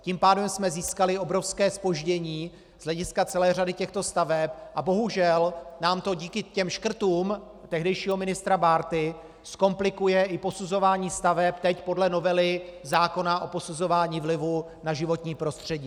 Tím pádem jsme získali obrovské zpoždění z hlediska celé řady těchto staveb a bohužel nám to díky těm škrtům tehdejšího ministra Bárty zkomplikuje i posuzování staveb teď podle novely zákona o posuzování vlivu na životní prostředí.